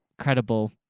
credible